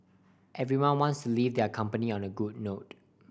everyone wants to leave their company on a good note